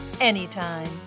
Anytime